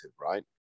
right